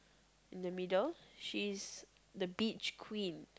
in the middle she's the beach queen